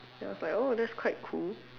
ya I was like oh that's quite cool